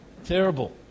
Terrible